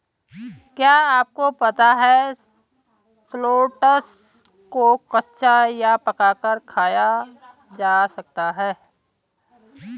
क्या आपको पता है शलोट्स को कच्चा या पकाकर खाया जा सकता है?